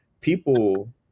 people